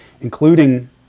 Including